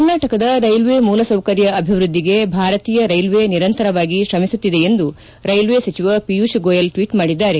ಕರ್ನಾಟಕದ ರೈಲ್ವೆ ಮೂಲಸೌಕರ್ಯ ಅಭಿವೃದ್ದಿಗೆ ಭಾರತೀಯ ರೈಲ್ವೆ ನಿರಂತರವಾಗಿ ಶ್ರಮಿಸುತ್ತಿದೆ ಎಂದು ರೈಲ್ವೆ ಸಚಿವ ಪಿಯೂಷ್ ಗೋಯಲ್ ಟ್ವೀಟ್ ಮಾಡಿದ್ದಾರೆ